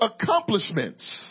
accomplishments